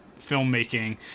filmmaking